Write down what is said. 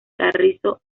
carrizo